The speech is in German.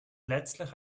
letztlich